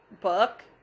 book